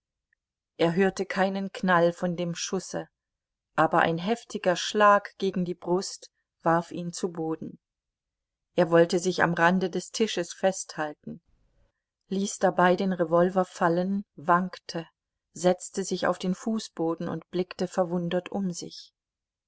er hörte keinen knall von dem schusse aber ein heftiger schlag gegen die brust warf ihn zu boden er wollte sich am rande des tisches festhalten ließ dabei den revolver fallen wankte setzte sich auf den fußboden und blickte verwundert um sich